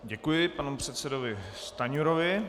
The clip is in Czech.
Děkuji panu předsedovi Stanjurovi.